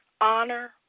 honor